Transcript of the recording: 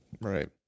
Right